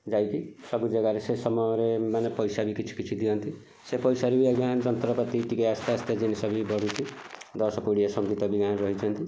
ଯାଇକି ସବୁ ଜେଗାରେ ସେ ସମୟରେ ମାନେ ପଇସା ବି କିଛି କିଛି ଦିଅନ୍ତି ସେ ପଇସାରେ ବି ଆଜ୍ଞା ଯନ୍ତ୍ରପାତି ଟିକେ ଆସ୍ତେ ଆସ୍ତେ ଜିନିଷ ବି କରନ୍ତି ଦଶ କୋଡ଼ିଏ ସଙ୍ଗୀତ ବି ଗାଁରେ ରହିଛନ୍ତି